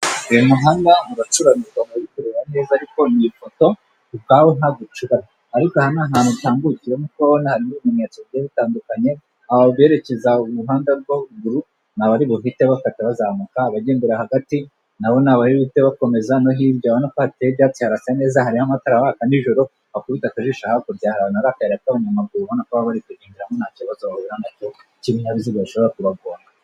Uyu muhanda uracuramye ntabwo urikureba neza ariko ni ifoto, usa nkaho ucuramye ariko aha n'ahantu utambukira nk'uko ubibona hari ibimenyetso bigiye bitandukanye aho berekeza umuhanda w'amaguru nabari buhite bakata bazamuka ,abagendera hagati nabo nabari buhite bakomeza, no hirya urabona ko hateye ibyatsi harasa neza ,hariho amatara haba haka n'ijoro , wakubita akajisho hakurya hari ahantu hari akayira k'abanyamaguru ubona ko bari kwinjiramo nta kibazo bahura nacyo k'ibinyabiziga bishobora kubagonga.